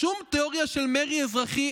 "שום תיאוריה של מרי אזרחי,